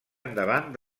endavant